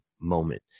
moment